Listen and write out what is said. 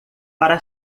para